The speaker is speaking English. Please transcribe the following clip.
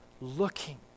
looking